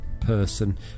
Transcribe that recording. person